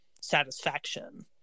satisfaction